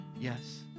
Yes